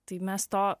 tai mes to